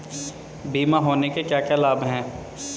बीमा होने के क्या क्या लाभ हैं?